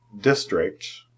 district